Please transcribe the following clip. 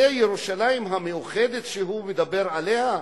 זה ירושלים המאוחדת שהוא מדבר עליה?